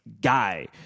guy